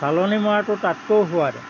চালনী মৰাটো তাতকৈও সোৱাদৰ